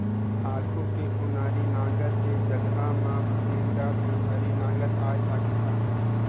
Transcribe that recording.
आघु के ओनारी नांगर के जघा म मसीनदार ओन्हारी नागर आए लगिस अहे